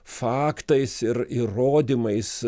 faktais ir įrodymais